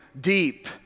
deep